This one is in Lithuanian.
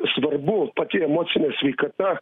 svarbu pati emocinė sveikata